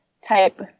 type